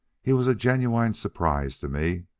he was a genuine surprise to me.